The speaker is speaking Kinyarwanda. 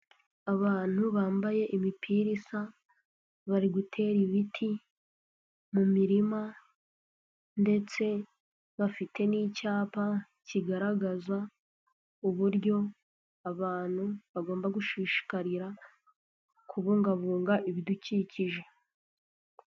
Abantu bambaye imipira isa bari gutera ibiti mu mirima ndetse bafite n'icyapa kigaragaza uburyo abantu bagomba gushishikarira kubungabunga ibidukikije.